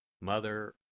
Mother